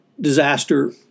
disaster